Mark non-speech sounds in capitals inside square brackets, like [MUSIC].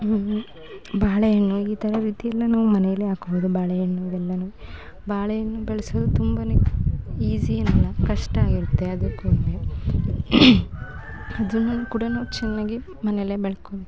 ಬಾಳೆ ಹಣ್ಣು ಈ ಥರ ರೀತಿಯೆಲ್ಲ ನಾವು ಮನೆಯಲ್ಲೆ ಹಾಕ್ಬೋದು ಬಾಳೆ ಹಣ್ಣು ಇವೆಲ್ಲನೂ ಬಾಳೆ ಹಣ್ಣು ಬೆಳೆಸೋದು ತುಂಬನೇ ಈಝಿ ಏನೆಲ್ಲ ಕಷ್ಟ ಆಗಿರುತ್ತೆ ಅದಕ್ಕೂನು [UNINTELLIGIBLE] ನಾವು ಚೆನ್ನಾಗಿ ಮನೆಯಲ್ಲೆ ಬೆಳ್ಕೊಳ್ಬೇಕು